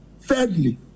Thirdly